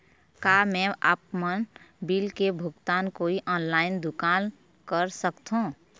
का मैं आपमन बिल के भुगतान कोई ऑनलाइन दुकान कर सकथों?